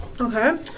Okay